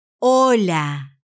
Hola